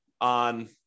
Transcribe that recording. on